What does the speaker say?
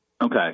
Okay